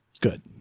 Good